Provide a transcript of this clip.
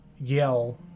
yell